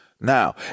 Now